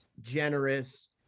generous